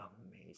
amazing